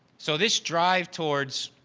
so, this drive towards